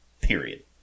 Period